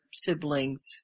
siblings